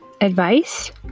advice